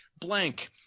blank